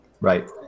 Right